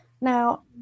Now